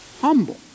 humble